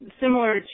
Similar